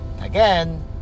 again